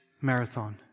Marathon